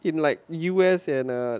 in like U_S and err